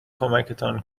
کمکتان